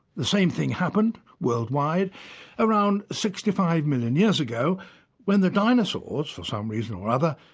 the same thing happened worldwide around sixty five million years ago when the dinosaurs, for some reason or other,